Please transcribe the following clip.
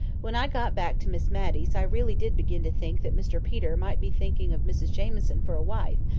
when i got back to miss matty's i really did begin to think that mr peter might be thinking of mrs jamieson for a wife,